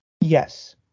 Yes